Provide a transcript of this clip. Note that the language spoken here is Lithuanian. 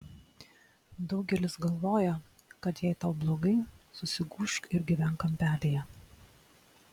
daugelis galvoja kad jei tau blogai susigūžk ir gyvenk kampelyje